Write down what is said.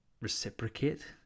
reciprocate